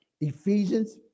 Ephesians